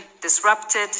disrupted